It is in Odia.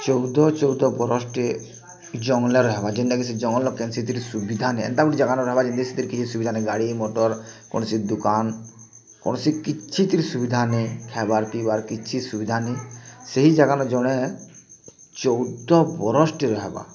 ଚଉଦ ଚଉଦ ବରଷ୍ଟେ ଜଙ୍ଗଲ୍ରେ ରହେବା ଯେନ୍ଟାକି ଜଙ୍ଗଲ୍ନ କେନ୍ସିଥିର୍ ସୁବିଧା ନାଇଁ ଏନ୍ତା ଗୁଟେ ଜାଗାନ ରହେବା ଯେନ୍ଥିକି ସେଥିର୍ କିଛି ସୁବିଧା ନାଇଁ ଗାଡ଼ି ମୋଟର୍ କୌଣ୍ସି ଦୁକାନ୍ କୌଣ୍ସି କିଛିତିର୍ ସୁବିଧା ନାଇଁ ଖାଇବାର୍ ପିଇବାର୍ କିଛି ସୁବିଧା ନାଇଁ ସେଇ ଜାଗାନ ଜଣେ ଚଉଦ ବରଷ୍ଟେ ରହେବା